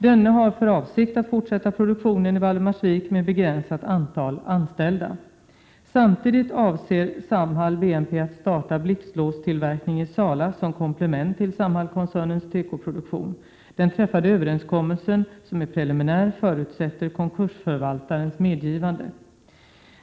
Denne har för avsikt att fortsätta produktionen i Valdemarsvik med begränsat antal anställda. Samtidigt avser Samhall WMP att starta blixtlåstillverkning i Sala som komplement till Samhallskoncernens tekoproduktion. Den träffade överenskommelsen, som är preliminär, förutsätter konkursförvaltarens medgivande.